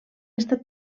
estat